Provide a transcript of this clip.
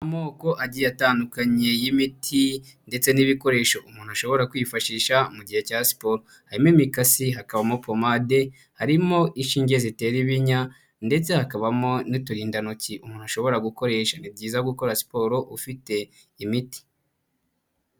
Amoko agiye atandukanye y'imiti ndetse n'ibikoresho umuntu ashobora kwifashisha mu gihe cya siporo, harimo imikasi hakabamo pomade, harimo inshinge zitera ibinya ndetse hakabamo n'uturindantoki umuntu ashobora gukoresha, ni byiza gukora siporo ufite imiti.